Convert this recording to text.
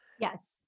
yes